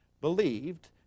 believed